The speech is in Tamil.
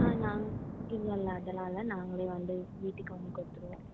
ஆ நாங்க இல்லைல்ல அதெல்லாம் இல்லை நாங்களே வந்து வீட்டுக்கு வந்து கொடுத்துருவோம்